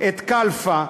את ההצעה של כלפה,